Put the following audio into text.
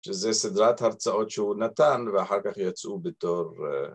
שזה סדרת הרצאות שהוא נתן ואחר כך יצאו בתור